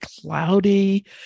cloudy